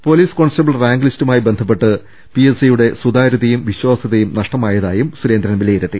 police constable rank ലിസ്റ്റുമായി ബന്ധപ്പെട്ട് പിഎ സ്സിയുടെ സുതാരൃതയും വിശ്വാസൃതയും നഷ്ടമായതായും സുരേ ന്ദ്രൻ വിലയിരുത്തി